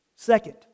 Second